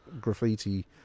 graffiti